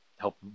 help